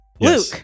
Luke